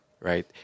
right